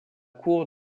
cour